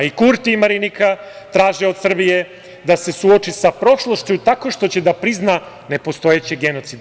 I Kurti i Marinika traže od Srbije da se suoči sa prošlošću tako što će da prizna nepostojeće genocide.